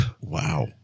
Wow